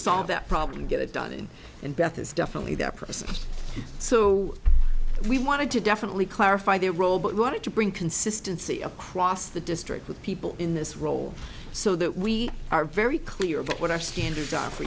solve that problem get it done and beth is definitely that person so we wanted to definitely clarify their role but we wanted to bring consistency across the district with people in this role so that we are very clear about what our standards are for